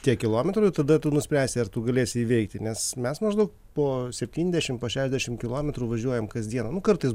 tiek kilometrų tada tu nuspręsi ar tu galėsi įveikti nes mes maždaug po septyniasdešim po šešiasdešim kilometrų važiuojam kas dieną kartais